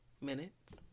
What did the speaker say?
minutes